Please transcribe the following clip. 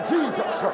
Jesus